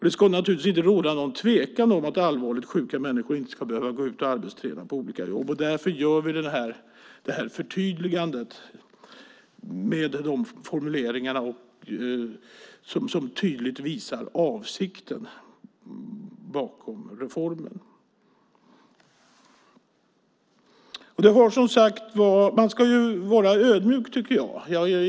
Det ska naturligtvis inte råda någon tvekan om att allvarligt sjuka människor inte ska behöva gå ut och arbetsträna på olika jobb. Därför gör vi detta förtydligande med formuleringar som tydligt visar avsikten med reformen. Jag tycker att man ska vara ödmjuk.